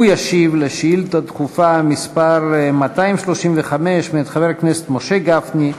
הוא ישיב לשאילתה דחופה מס' 235 מאת חבר הכנסת משה גפני: